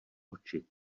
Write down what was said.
oči